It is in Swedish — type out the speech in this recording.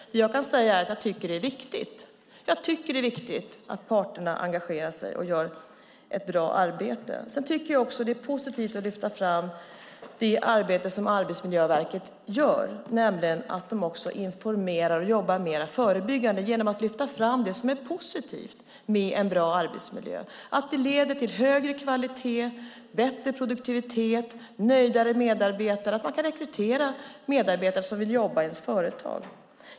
Det som jag kan säga är att jag tycker att det är viktigt att parterna engagerar sig och gör ett bra arbete. Jag tycker också att det är positivt att lyfta fram det arbete som Arbetsmiljöverket gör och att man också informerar och jobbar mer förebyggande genom att lyfta fram det som är positivt med en bra arbetsmiljö. Det leder till högre kvalitet, bättre produktivitet och nöjdare medarbetare så att man kan rekrytera medarbetare som vill jobba i ens företag.